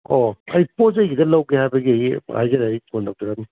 ꯑꯣ ꯑꯩ ꯄꯣꯠꯆꯩ ꯈꯤꯇ ꯂꯧꯒꯦ ꯍꯥꯏꯕꯒꯤ ꯑꯩ ꯍꯥꯏꯖꯔꯛꯏ ꯐꯣꯟ ꯇꯧꯖꯔꯛꯑꯝꯃꯤꯅꯤ